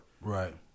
Right